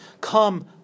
come